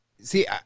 see